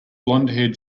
blondhaired